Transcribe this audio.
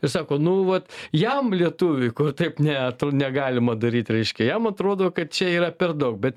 ir sako nu vat jam lietuviui kur taip ne negalima daryt reiškia jam atrodo kad čia yra per daug bet